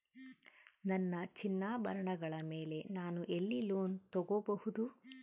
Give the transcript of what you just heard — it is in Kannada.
ನನ್ನ ಚಿನ್ನಾಭರಣಗಳ ಮೇಲೆ ನಾನು ಎಲ್ಲಿ ಲೋನ್ ತೊಗೊಬಹುದು?